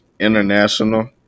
International